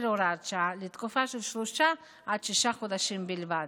הוראת שעה לתקופה של שלושה עד שישה חודשים בלבד,